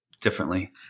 differently